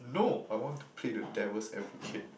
no I want to play the devils advocate